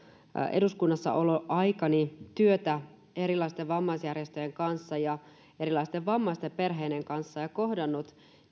eduskunnassaoloaikani työtä erilaisten vammaisjärjestöjen kanssa ja erilaisten vammaisten perheiden kanssa ja kohdannut